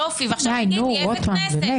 יופי, עכשיו תגיד איזו כנסת?